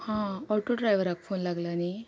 हां ऑटोड्रायव्हराक फोन लागला न्ही